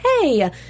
hey